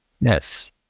Yes